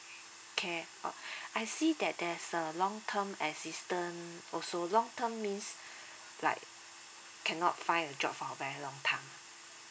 K uh I see that there's a long term assistance also long term means like cannot find a job for a very long time ah